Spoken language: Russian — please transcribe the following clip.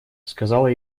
сказала